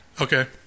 Okay